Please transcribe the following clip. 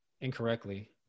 incorrectly